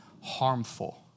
harmful